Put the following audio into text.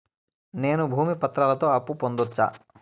నేను భూమి పత్రాలతో అప్పు పొందొచ్చా?